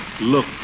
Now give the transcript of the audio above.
Look